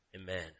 Amen